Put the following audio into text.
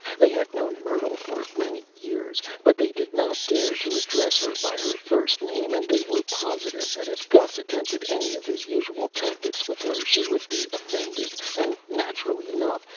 they had known myrtle for many years but they did not dare to address her by her first name, and they were positive that if gus attempted any of his usual tactics with her she would be offended and, naturally enough,